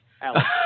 Alex